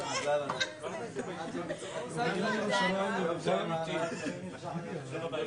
בשעה 22:20.